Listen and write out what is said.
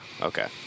Okay